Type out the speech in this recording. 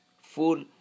full